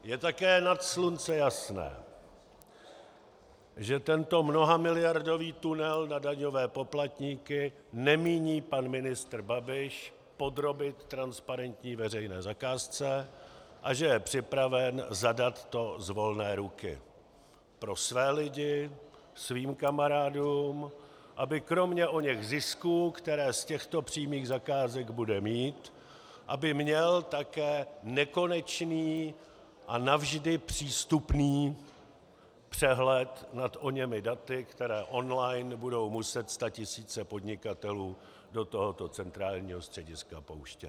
Je také nad slunce jasné, že tento mnohamiliardový tunel na daňové poplatníky nemíní pan ministr Babiš podrobit transparentní veřejné zakázce a že je připraven zadat to z volné ruky pro své lidi, svým kamarádům, aby kromě oněch zisků, které z těchto přímých zakázek bude mít, měl také nekonečný a navždy přístupný přehled nad oněmi daty, která online budou muset statisíce podnikatelů do tohoto centrálního střediska pouštět.